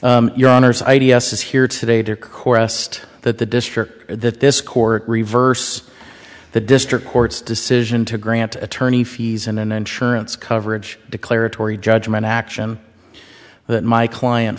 is here today to chorused that the district that this court reverse the district court's decision to grant attorney fees and insurance coverage declaratory judgment action that my client